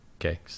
Okay